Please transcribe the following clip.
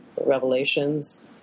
revelations